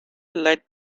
let